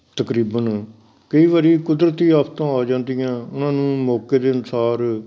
ਤਕਰੀਬਨ ਕਈ ਵਾਰੀ ਕੁਦਰਤੀ ਆਫਤਾਂ ਆ ਜਾਂਦੀਆਂ ਉਹਨਾਂ ਨੂੰ ਮੌਕੇ ਦੇ ਅਨੁਸਾਰ